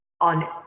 on